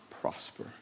prosper